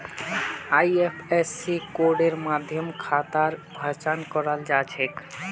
IFSC कोडेर माध्यम खातार पहचान कराल जा छेक